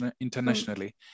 internationally